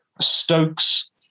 Stokes